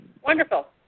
Wonderful